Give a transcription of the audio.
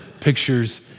pictures